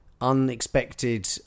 unexpected